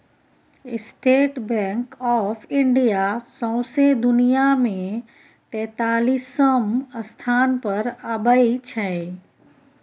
state Bank of India सौंसे दुनियाँ मे तेतालीसम स्थान पर अबै छै